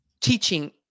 teaching